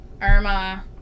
irma